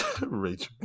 Rachel